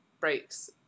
breaks